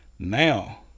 Now